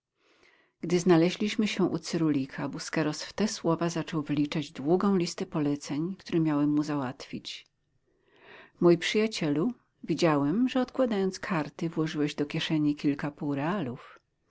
gdy znaleźliśmy się u cyrulika busqueros w te słowa zaczął wyliczać długą listę poleceń które miałem mu załatwić mój przyjacielu widziałem że odkładając karty włożyłeś do kieszeni kilka